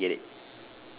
correct I get it